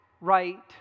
right